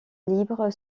libre